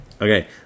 Okay